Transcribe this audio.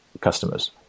customers